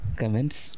comments